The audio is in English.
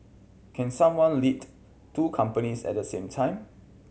can someone lead two companies at the same time